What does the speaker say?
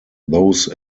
those